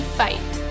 fight